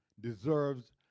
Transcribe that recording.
deserves